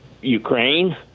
Ukraine